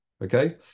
Okay